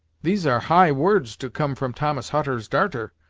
these are high words to come from thomas hutter's darter,